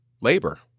labor